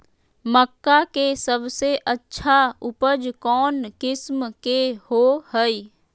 मक्का के सबसे अच्छा उपज कौन किस्म के होअ ह?